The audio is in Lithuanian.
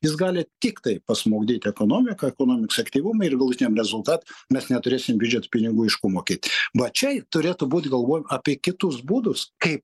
jis gali tiktai pasmukdyt ekonomiką ekonomiks aktyvumą ir galutiniam rezultat mes neturėsim biudžete pinigų iš ko mokėti va čia turėtų būt galvojam apie kitus būdus kaip